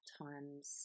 times